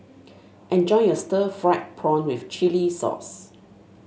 enjoy your Stir Fried Prawn with Chili Sauce